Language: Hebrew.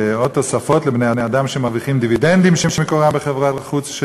ועוד תוספות לבני-אדם שמרוויחים דיבידנדים שמקורם בחברות חוץ,